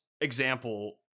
example